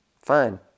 fine